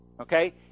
Okay